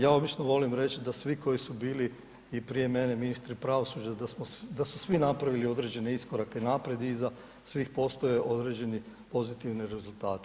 Ja obično volim reći da svi koji su bili i prije mene ministri pravosuđa, da su svi napravili određene iskorak naprijed i iza svih postoje određeni pozitivni rezultati.